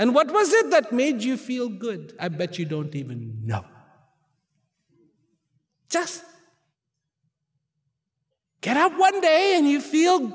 and what was it that made you feel good i bet you don't even know just get out one day when you feel